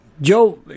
Joe